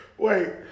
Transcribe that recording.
Wait